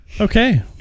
Okay